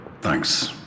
Thanks